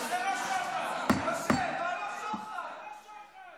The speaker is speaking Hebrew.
(הישיבה נפסקה בשעה 21:32 ונתחדשה בשעה 00:00.)